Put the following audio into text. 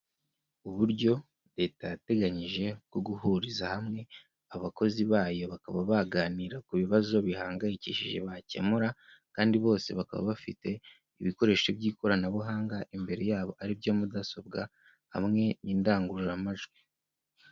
Uburyo Leta yateganyije bwo guhuriza hamwe abakozi bayo bakaba baganira ku bibazo bihangayikishije bakemura kandi bose bakaba bafite ibikoresho by'ikoranabuhanga imbere yabo aribyo mudasobwa hamwe n'indangururamajwi.